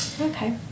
okay